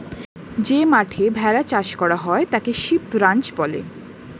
যে মাঠে ভেড়া চাষ করা হয় তাকে শিপ রাঞ্চ বলে